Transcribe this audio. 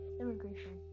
immigration